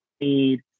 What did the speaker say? need